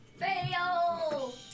Fail